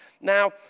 Now